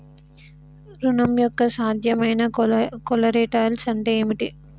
ఋణం యొక్క సాధ్యమైన కొలేటరల్స్ ఏమిటి?